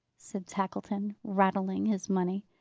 said tackleton, rattling his money.